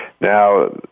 Now